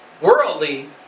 worldly